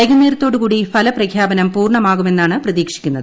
വൈകുന്നേരത്ത്രോടുകൂടി ഫലപ്രഖ്യാപനം പൂർണ്ണമാകുമെന്നാണ് പ്രതീക്ഷിക്കുന്നത്